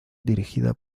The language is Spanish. dirigida